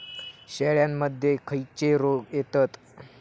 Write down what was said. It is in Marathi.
शेळ्यामध्ये खैचे रोग येतत?